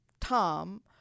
Tom